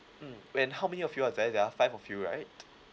mm and how many of you are there are five of you right